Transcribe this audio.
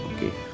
okay